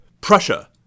Prussia